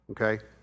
okay